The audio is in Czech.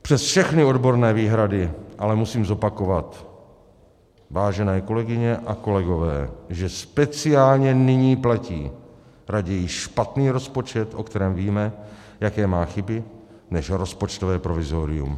Přes všechny odborné výhrady ale musím zopakovat, vážené kolegyně a kolegové, že speciálně nyní platí: raději špatný rozpočet, o kterém víme, jaké má chyby, než rozpočtové provizorium.